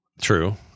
True